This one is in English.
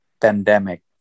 pandemic